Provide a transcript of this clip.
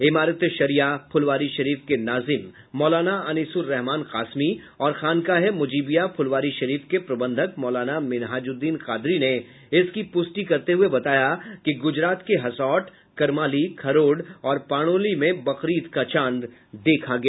इमारत ए शरिया फुलवारीशरीफ के नाजिम मौलाना अनिसुर्रहमान कासमी और खानकाह ए मुजिबिया फुलवारीशरीफ के प्रबंधक मौलाना मिन्हाजुद्दीन कादरी ने इसकी प्रष्टि करते हुये बताया कि गुजरात के हसौठ करमालि खरोड और पाणोली में बकरीद का चाँद देखा गया